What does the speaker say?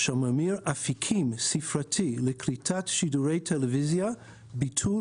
של ממיר אפיקים ספרתי לקליטת שידורי טלוויזיה( (ביטול),